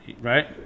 right